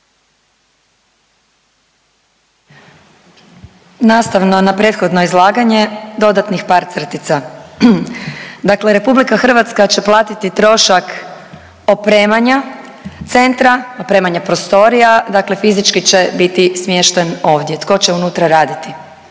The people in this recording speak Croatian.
Nastavno na prethodno izlaganje, dodatnih par crtica. Dakle RH će platiti trošak opremanja Centra, opremanja prostorija, dakle fizički će biti smješten ovdje. Tko će unutra raditi?